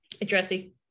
addressing